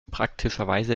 praktischerweise